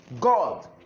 God